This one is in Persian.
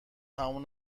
تموم